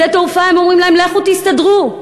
בשדה התעופה אומרים להם: לכו תסתדרו.